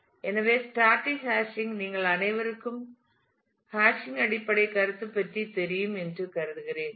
எனவே static hashing நீங்கள் அனைவருக்கும் ஹாஷிங்கின் அடிப்படை கருத்து பற்றி தெரியும் என்று கருதுகிறேன்